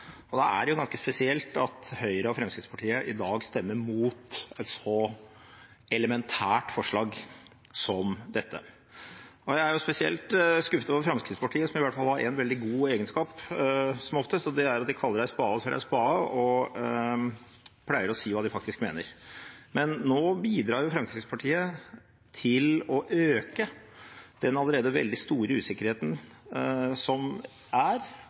klimaforliket. Da er det jo ganske spesielt at Høyre og Fremskrittspartiet i dag stemmer imot et så elementært forslag som dette. Jeg er spesielt skuffet over Fremskrittspartiet, som i hvert fall har en veldig god egenskap – som oftest – og det er at de kaller en spade for en spade og pleier å si hva de faktisk mener. Men nå bidrar jo Fremskrittspartiet til å øke den allerede veldig store usikkerheten som er,